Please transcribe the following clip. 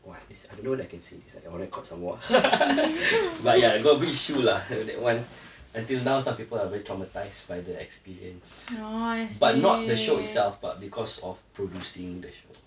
!wah! this I don't know whether I can say this I on record some more uh but ya got big issue lah that [one] until now some people are very traumatised by the experience but not the show itself but because of producing the show